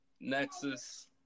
Nexus